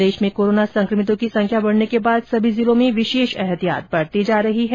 प्रदेश में कोरोना संकमितों की संख्या बढ़ने के बाद सभी जिलों में एतिहात बरती जा रही है